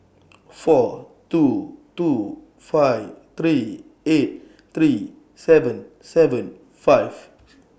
four two two five three eight three seven seven five